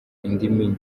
indimi